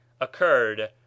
Occurred